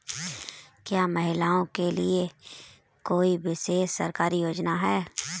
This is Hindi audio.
क्या महिलाओं के लिए कोई विशेष सरकारी योजना है?